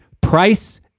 Price